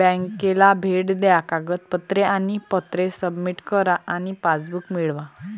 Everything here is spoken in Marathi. बँकेला भेट द्या कागदपत्रे आणि पत्रे सबमिट करा आणि पासबुक मिळवा